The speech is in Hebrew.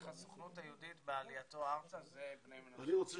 הסוכנות היהודית בעלייתו ארצה זה בני מנשה.